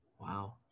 Wow